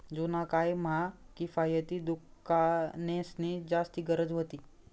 जुना काय म्हा किफायती दुकानेंसनी जास्ती गरज व्हती